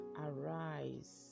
arise